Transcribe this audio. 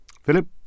Philip